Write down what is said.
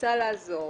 שרוצה לעזור